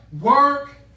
Work